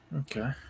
okay